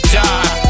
die